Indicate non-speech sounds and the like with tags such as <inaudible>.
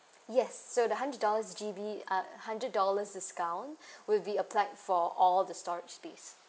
yes so the hundred dollars G_B uh hundred dollars discount <breath> will be applied for all the storage space